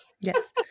Yes